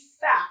fact